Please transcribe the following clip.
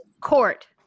court